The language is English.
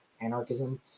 anarchism